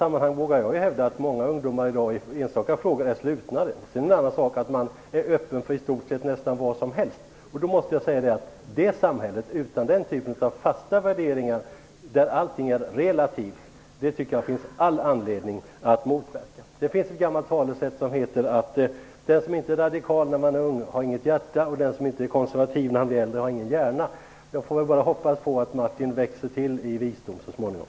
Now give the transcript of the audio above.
Jag vågar nog hävda att många ungdomar i dag i enstaka frågor är mer slutna. Sedan är det en annan sak att vara öppen för i stort sett vad som helst. Ett samhälle utan fasta värderingar, där allting är relativt, finns all anledning att motverka. Det finns ett gammalt talesätt som lyder: Den som inte är radikal när han är ung har inget hjärta, och den som inte blir konservativ när han blir äldre har ingen hjärna. Jag får hoppas att Martin Nilsson växer till i visdom så småningom.